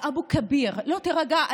באבו כביר, גברתי, לא, תירגע.